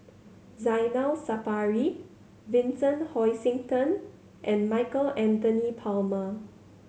Zainal Sapari Vincent Hoisington and Michael Anthony Palmer